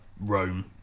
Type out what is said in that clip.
Rome